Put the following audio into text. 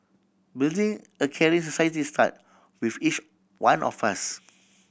building a caring society start with each one of us